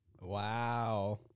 Wow